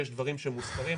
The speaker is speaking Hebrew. שיש דברים שהם מוסתרים,